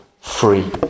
free